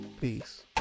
Peace